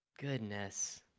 Goodness